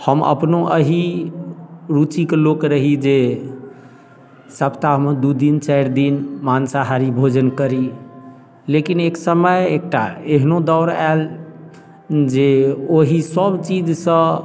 हम अपनो एहि रुचिके लोक रही जे सप्ताहमे दू दिन चारि दिन मांसाहारी भोजन करी लेकिन एक समय एकटा एहनो दौड़ आएल जे ओहि सभ चीजसँ